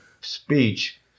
speech